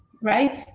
right